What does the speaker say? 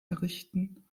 errichten